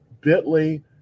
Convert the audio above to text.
bit.ly